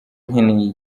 nkeneye